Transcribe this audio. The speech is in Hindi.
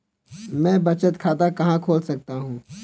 मैं बचत खाता कहाँ खोल सकता हूँ?